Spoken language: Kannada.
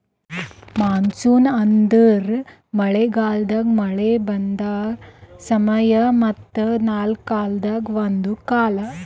ಮಾನ್ಸೂನ್ ಅಂದುರ್ ಮಳೆ ಗಾಲದಾಗ್ ಮಳೆ ಬರದ್ ಸಮಯ ಮತ್ತ ನಾಲ್ಕು ಕಾಲದಾಗ ಒಂದು ಕಾಲ